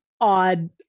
odd